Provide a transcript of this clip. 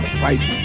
fight